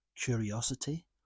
curiosity